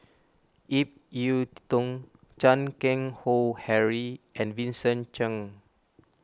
Ip Yiu Tung Chan Keng Howe Harry and Vincent Cheng